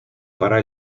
para